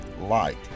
light